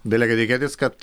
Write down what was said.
belieka tikėtis kad